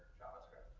javascript